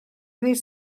ddydd